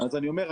אז אני אומר,